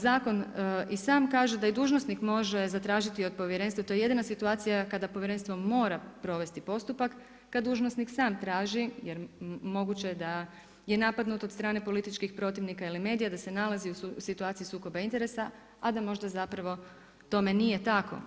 Zakon i sam kaže da i dužnosnik može zatražiti od povjerenstva, to je jedina situacija kada povjerenstvo mora provesti postupak, kada dužnosnik sam traži, jer moguće je da je napadnut od strane političkih protivnika ili medija, da se nalazi u situaciji sukoba interesa a da možda zapravo tome nije tako.